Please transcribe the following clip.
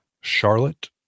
Charlotte